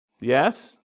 Yes